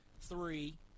three